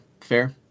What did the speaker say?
fair